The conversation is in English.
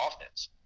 offense